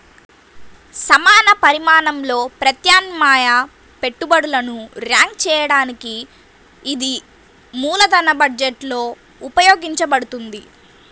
సమాన పరిమాణంలో ప్రత్యామ్నాయ పెట్టుబడులను ర్యాంక్ చేయడానికి ఇది మూలధన బడ్జెట్లో ఉపయోగించబడుతుంది